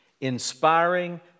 inspiring